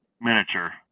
miniature